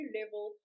level